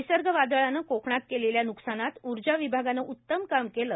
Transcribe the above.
निसर्ग वादळाने कोकणात केलेल्या न्कसानात उर्जा विभागाने उत्तम काम केले